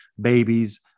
babies